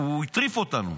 הוא הטריף אותנו.